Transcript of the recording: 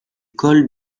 col